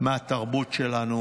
מהתרבות שלנו,